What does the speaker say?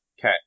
Okay